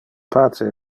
pace